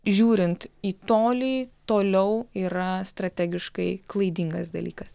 žiūrint į tolį toliau yra strategiškai klaidingas dalykas